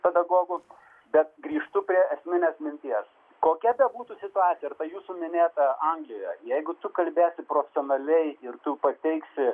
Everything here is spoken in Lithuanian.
pedagogų bet grįžtu prie esminės minties kokia bebūtų situacija ar ta jūsų minėtą anglijoje jeigu tu kalbėsi profesionaliai ir tu pateiksi